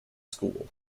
school